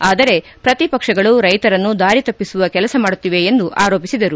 ಆದರೆ ಪ್ರತಿಪಕ್ಷಗಳು ರೈತರನ್ನು ದಾರಿತಪ್ಪಿಸುವ ಕೆಲಸ ಮಾಡುತ್ತಿವೆ ಎಂದು ಆರೋಪಿಸಿದರು